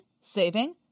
saving